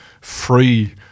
free